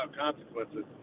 consequences